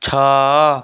ଛଅ